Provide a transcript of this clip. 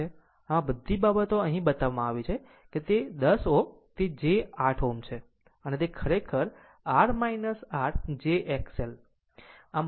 આમ આ બધી બાબતો અહીં બતાવવામાં આવી છે કે તે 10 Ω તે j 8 Ω છે અને તે r r j X E